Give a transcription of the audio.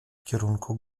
kierunku